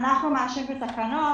אנחנו מאשרים את התקנות.